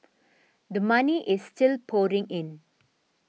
the money is still pouring in